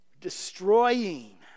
Destroying